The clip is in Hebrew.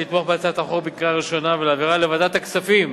לתמוך בהצעת החוק בקריאה ראשונה ולהעבירה לוועדת הכספים